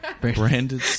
Branded